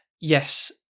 Yes